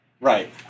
Right